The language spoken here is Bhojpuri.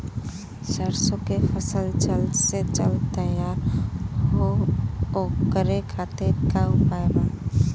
सरसो के फसल जल्द से जल्द तैयार हो ओकरे खातीर का उपाय बा?